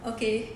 okay